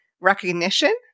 recognition